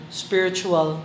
spiritual